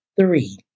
Three